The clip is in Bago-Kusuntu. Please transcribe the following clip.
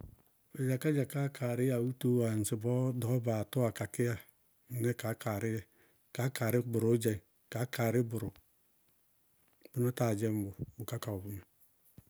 Adzakádzakáa kaarɩ awútoówá ŋsɩbɔɔ dɔɔbaa tɔwá kakɩya. Mɩnɛɛ kaá kaarɩɩ yɛ. Kaá kaarɩ bʋrʋdzɛŋ, kaá kaarɩ bʋrʋ bʋná táa dzɛŋ bɔɔ, bʋká ka wɛ bʋmɛ.